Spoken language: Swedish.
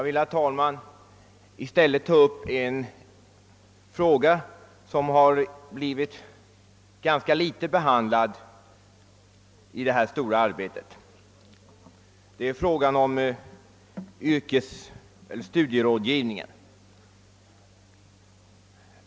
I stället skall jag ta upp en fråga som i detta stora arbete rönt föga uppmärksamhet, nämligen studierådgivningen.